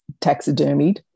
taxidermied